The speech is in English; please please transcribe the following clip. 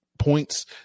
points